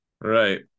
right